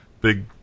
big